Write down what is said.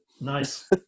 Nice